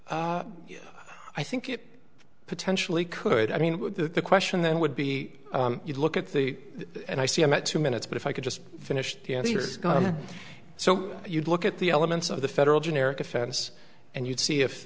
s i think it potentially could i mean the question then would be you look at the and i see about two minutes but if i could just finish the answers so you'd look at the elements of the federal generic offense and you'd see if